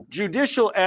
judicial